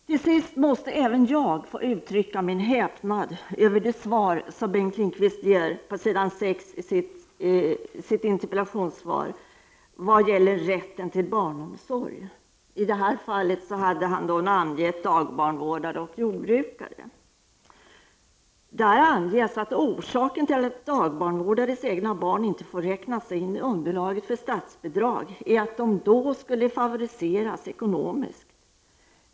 Till sist måste även jag få uttrycka min häpnad över det svar som Bengt Lindqvist ger, närmare bestämt över det som står på s. 6 i vad gäller rätten till barnomsorg. Där har Bengt Lindqvist namngett dagbarnvårdare och jordbrukare. Där anges att orsaken till att dagbarnvårdares egna barn inte får räknas in i underlaget för statsbidrag är att de då skulle favoriseras ekonomiskt.